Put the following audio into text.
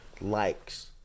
likes